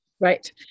Right